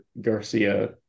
Garcia